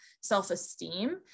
self-esteem